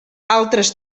altres